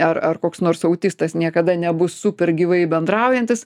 ar ar koks nors autistas niekada nebus super gyvai bendraujantis